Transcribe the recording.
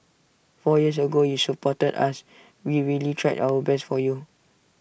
four years ago you supported us we really tried our best for you